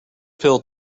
pill